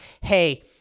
hey